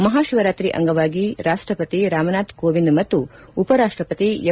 ಮಹಾಶಿವರಾತ್ರಿ ಅಂಗವಾಗಿ ರಾಷ್ಟಪತಿ ರಾಮನಾಥ್ ಕೋವಿಂದ್ ಮತ್ತು ಉಪರಾಷ್ಟಪತಿ ಎಂ